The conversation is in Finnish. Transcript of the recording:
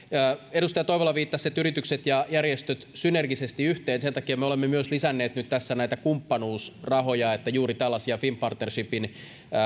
edustaja toivola viittasi että yritykset ja järjestöt synergisesti yhteen sen takia me olemme nyt myös lisänneet näitä kumppanuusrahoja että juuri tällaisia finnpartnershipin ja